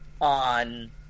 on